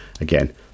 again